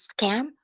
scam